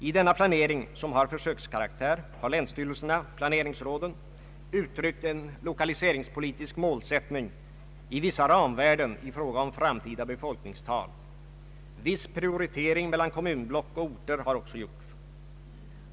I denna planering som har försökskaraktär har länsstyrelserna och planeringsråden uttryckt en lokaliseringspolitisk målsättning i vissa ramvärden i fråga om framtida befolkningstal. Viss prioritering mellan kommunblock och orter har också gjorts.